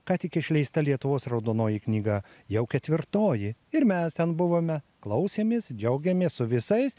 ką tik išleista lietuvos raudonoji knyga jau ketvirtoji ir mes ten buvome klausėmės džiaugėmės su visais